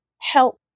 Help